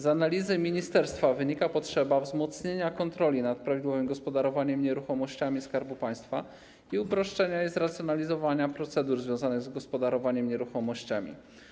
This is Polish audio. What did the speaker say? Z analizy ministerstwa wynika, że istnieje potrzeba wzmocnienia kontroli nad prawidłowym gospodarowaniem nieruchomościami Skarbu Państwa i uproszczenia, zracjonalizowania procedur związanych z gospodarowaniem nieruchomościami.